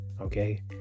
okay